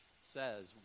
says